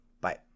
Bye